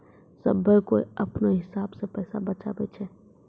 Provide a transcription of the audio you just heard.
सभ्भे कोय अपनो हिसाब से पैसा के बचाबै छै